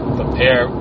prepare